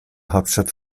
hauptstadt